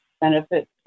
benefits